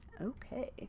Okay